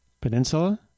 Peninsula